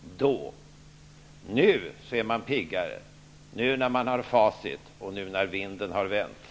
Nu när man har facit och vinden har vänt är man piggare.